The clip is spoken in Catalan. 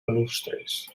balustres